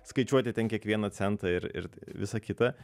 skaičiuoti ten kiekvieną centą ir ir visa kita